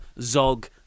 Zog